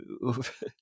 move